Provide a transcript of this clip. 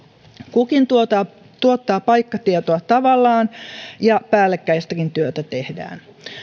kukin tuottaa tuottaa paikkatietoa tavallaan ja päällekkäistäkin työtä tehdään